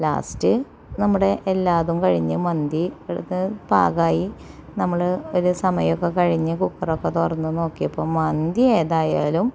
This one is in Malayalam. ലാസ്റ്റ് നമ്മുടെ എല്ലാ ഇതും കഴിഞ്ഞ് മന്തി എടുത്ത് പാകായി നമ്മള് ഒര് സമയമൊക്കെ കഴിഞ്ഞു കുക്കറൊക്കെ തുറന്നു നോക്കിയപ്പം മന്തി ഏതായാലും